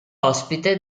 ospite